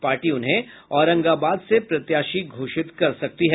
party उन्हें औरंगाबाद से प्रत्याशी घोषित कर सकती है